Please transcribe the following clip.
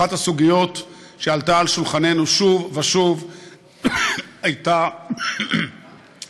אחת הסוגיות שעלו על שולחננו שוב ושוב הייתה הבטחת